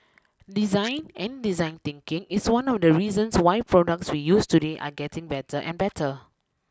design and design thinking is one of the reasons why products we use today are getting better and better